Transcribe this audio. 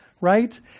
right